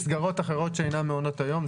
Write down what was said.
למסגרות אחרות שאינם מעונות היום.